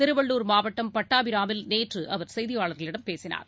திருவள்ளூர் மாவட்டம் பட்டாபிராமில் நேற்றுஅவர் செய்தியாளர்களிடம் பேசினார்